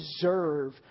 deserve